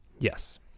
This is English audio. Yes